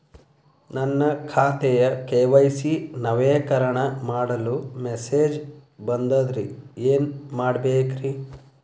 ನನ್ನ ಖಾತೆಯ ಕೆ.ವೈ.ಸಿ ನವೇಕರಣ ಮಾಡಲು ಮೆಸೇಜ್ ಬಂದದ್ರಿ ಏನ್ ಮಾಡ್ಬೇಕ್ರಿ?